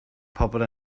pobl